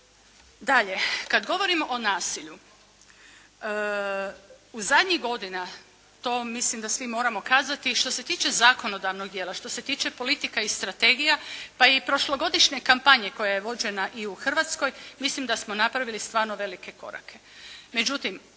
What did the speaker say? Dalje, kada govorimo o nasilju zadnjih godina to mislim da svi moramo kazati, što se tiče zakonodavnog dijela, što se tiče politika i strategija pa i prošlogodišnje kampanje koja je vođena i u Hrvatskoj, mislim da smo napravili stvarno velike korake.